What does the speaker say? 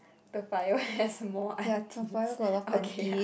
Toa-Payoh has more aunties okay ya